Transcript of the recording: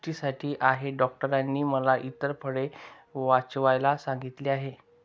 दृष्टीसाठी आहे डॉक्टरांनी मला इतर फळे वाचवायला सांगितले आहे